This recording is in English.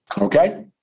okay